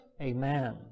Amen